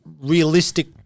realistic